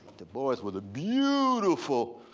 du bois was a beautiful